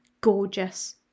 gorgeous